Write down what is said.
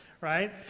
right